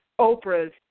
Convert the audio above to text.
Oprah's